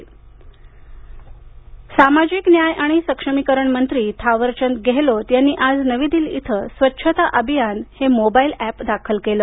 गेहलोत सामाजिक न्याय आणि सक्षमीकरण मंत्री थावरचंद गेहलोत यांनी आज नवी दिल्ली इथं स्वच्छता अभियान हे मोबाईल एप दाखल केलं